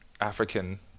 African